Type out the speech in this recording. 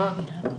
לאו